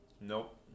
Nope